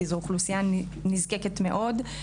כי זו אוכלוסייה נזקקת מאוד.